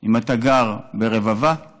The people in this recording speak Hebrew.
אם אתה גר ברבבה או